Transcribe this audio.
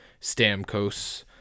Stamkos